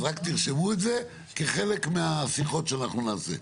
אז רק תרשמו את זה כחלק מהשיחות שאנחנו נעשה.